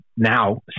now